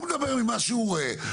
הוא מדבר ממה שהוא רואה,